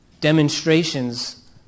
demonstrations